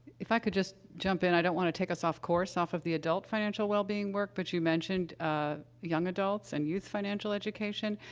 if i could just jump in i don't want to take us off course, off of the adult financial wellbeing work, but you mentioned, ah, young adults and youth financial education.